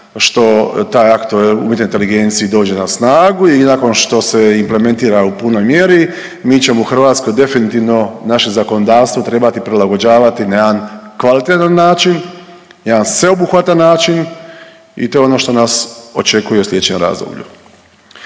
što taj Akt o umjetnoj inteligenciji dođe na snagu i nakon što se implementira u punoj mjeri, mi ćemo u Hrvatskoj definitivno naše zakonodavstvo trebati prilagođavati na jedan kvalitetan način, jedan sveobuhvatan način i to je ono što nas očekuje i sljedećem razdoblju.